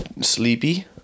Sleepy